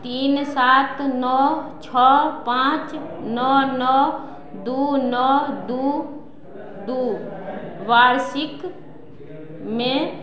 तीन सात नओ छओ पाँच नओ नओ दू नओ दू दू वार्षिकमे